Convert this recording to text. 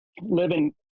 living